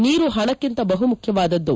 ನೀರು ಹಣಕ್ಕಿಂತ ಬಹು ಮುಖ್ಯವಾದುದ್ದು